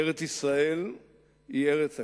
ארץ-ישראל היא ארץ הקודש,